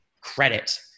credit